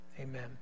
amen